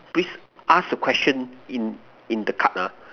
please ask the question in in the card ah